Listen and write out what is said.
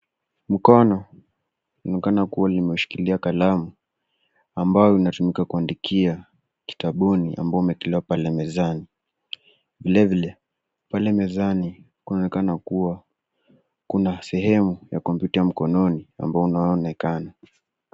Mkono unaonekana kuwa limeshikilia kalamu ambao inatumika kuandikia kitabuni ambao umewekelewa pale mezani. Vilevile, pale mezani kunaonekana kuwa kuna sehemu ya kompyuta ya mkononi ambao unaonekana.